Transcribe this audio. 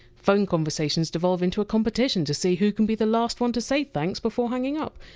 phone conversations devolve into a competition to see who can be the last one to say thanks before hanging up.